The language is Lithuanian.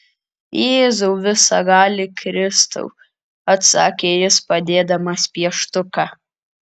jėzau visagali kristau atsakė jis padėdamas pieštuką